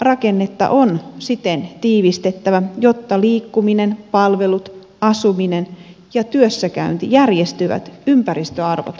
yhteiskuntarakennetta on siten tiivistettävä jotta liikkuminen palvelut asuminen ja työssäkäynti järjestyvät ympäristöarvot huomioiden